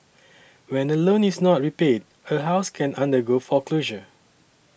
when a loan is not repaid a house can undergo foreclosure